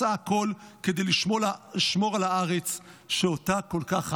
עשה הכול כדי לשמור על הארץ שאותה כל כך אהב.